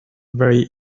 very